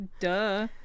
duh